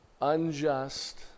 unjust